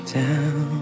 down